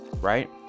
right